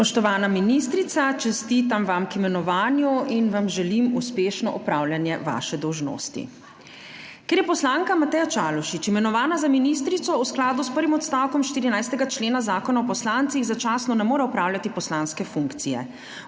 Spoštovana ministrica, čestitam vam k imenovanju in vam želim uspešno opravljanje vaše dolžnosti. Ker je poslanka Mateja Čalušić imenovana za ministrico, v skladu s prvim odstavkom 14. člena Zakona o poslancih začasno ne more opravljati poslanske funkcije.